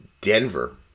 Denver